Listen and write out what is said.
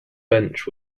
bench